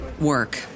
work